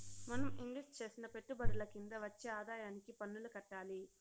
మనం ఇన్వెస్టు చేసిన పెట్టుబడుల కింద వచ్చే ఆదాయానికి పన్నులు కట్టాలి